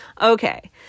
okay